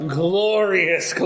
glorious